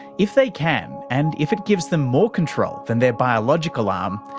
if they can and if it gives them more control than their biological um